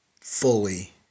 fully